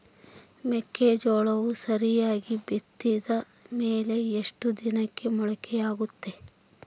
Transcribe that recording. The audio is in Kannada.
ಮೆಕ್ಕೆಜೋಳವು ಸರಿಯಾಗಿ ಬಿತ್ತಿದ ಮೇಲೆ ಎಷ್ಟು ದಿನಕ್ಕೆ ಮೊಳಕೆಯಾಗುತ್ತೆ?